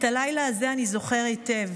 "את הלילה הזה אני זוכר היטב.